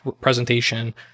presentation